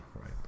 right